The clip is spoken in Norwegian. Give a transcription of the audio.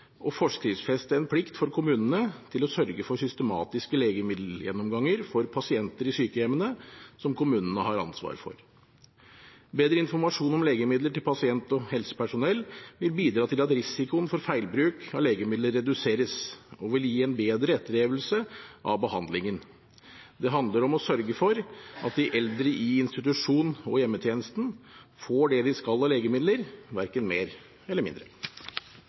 å forskriftsfeste en plikt for kommunene til å sørge for systematiske legemiddelgjennomganger for pasienter i sykehjemmene som kommunene har ansvaret for. Bedre informasjon om legemidler til pasient og helsepersonell vil bidra til at risikoen for feilbruk av legemidler reduseres, og vil gi en bedre etterlevelse av behandlingen. Det handler om å sørge for at de eldre i institusjon og hjemmetjenesten får det de skal ha av legemidler – hverken mer eller mindre.